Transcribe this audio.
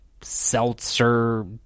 seltzer